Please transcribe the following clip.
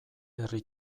herri